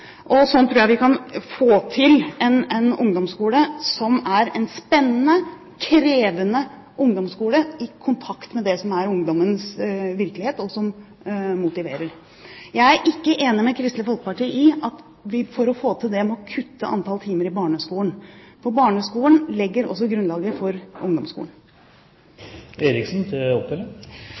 Sånn tror jeg vi kan få til en ungdomsskole som er spennende og krevende, som er i kontakt med det som er ungdommens virkelighet, og som motiverer. Jeg er ikke enig med Kristelig Folkeparti i at vi for å få til det må kutte i antallet timer i barneskolen, for barneskolen legger også grunnlaget for